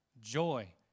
Joy